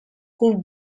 could